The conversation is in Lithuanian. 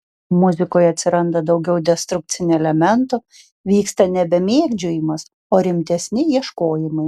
muzikoje atsiranda daugiau destrukcinių elementų vyksta nebe mėgdžiojimas o rimtesni ieškojimai